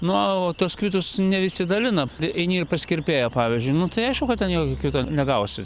na o tuo kitus ne visi dalina eini ir pas kirpėją pavyzdžiui nu tai aišku kad ten jau kvito negausi